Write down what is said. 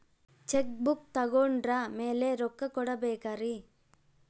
Check book ತೊಗೊಂಡ್ರ ಮ್ಯಾಲೆ ರೊಕ್ಕ ಕೊಡಬೇಕರಿ?